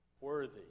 worthy